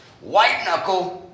white-knuckle